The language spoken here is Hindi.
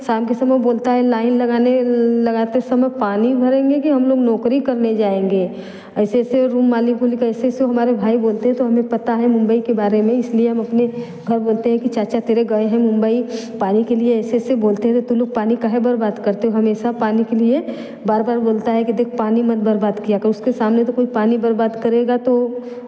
शाम के समय ओ बोलता है लाइन लगाने लगाते समय पानी भरेंगे कि हम लोग नौकरी करने जाएंगे ऐसे ऐसे रूम बोली ऐसे ऐसे हमारे भाई बोलते हैं तो हमें पता है मुंबई के बारे में इसलिए हम अपने घर बोलते हैं कि चाचा तेरे गए हैं मुंबई पानी के लिए ऐसे ऐसे बोलते हैं तो तुम लोग पानी काहे बर्बाद करते हो हमेशा पानी के लिए बार बार बोलता है कि देख पानी मत बर्बाद किया कर उसके सामने तो कोई पानी बर्बाद करेगा तो